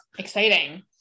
exciting